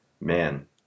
Man